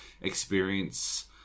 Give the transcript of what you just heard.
experience